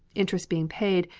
interest being paid,